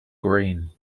green